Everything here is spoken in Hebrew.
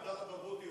עבדאללה ברגותי,